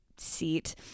Seat